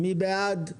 מי בעד?